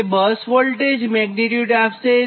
તે bus voltage magnitude આપશે